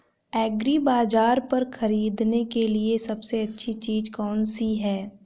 एग्रीबाज़ार पर खरीदने के लिए सबसे अच्छी चीज़ कौनसी है?